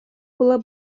была